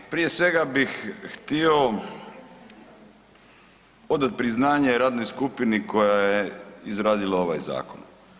Ovaj prije svega bih htio odati priznanje radnoj skupini koja je izradila ovaj zakon.